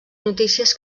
notícies